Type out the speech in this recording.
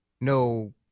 No